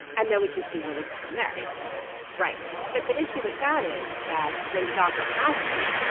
and then we can see where we go from there piecemeal right. but the issue with that is that when daca happened,